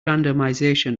randomization